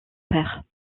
père